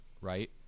right